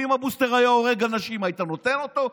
ואם הבוסטר היה הורג אנשים, היית נותן אותו?